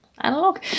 analog